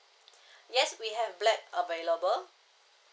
yes we have black available